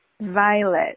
violet